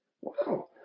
Wow